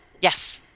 Yes